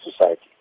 society